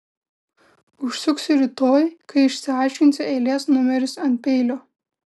užsuksiu rytoj kai išsiaiškinsiu eilės numerius ant peilio